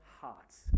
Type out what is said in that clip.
hearts